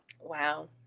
wow